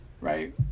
right